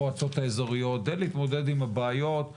תנו את התשובות הנקודתיות ואל תשלחו אותנו